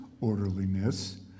orderliness